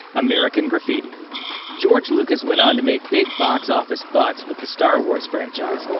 american graffiti george lucas went on to make big box office bucks with the star wars franchise,